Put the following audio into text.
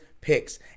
Picks